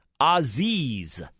Aziz